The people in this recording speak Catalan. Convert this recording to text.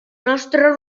nostre